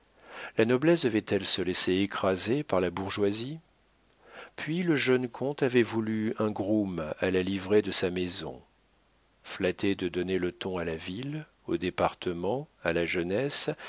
la noblesse devait-elle se laisser écraser par la bourgeoisie puis le jeune comte avait voulu un groom à la livrée de sa maison flatté de donner le ton à la ville au département à la jeunesse